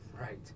Right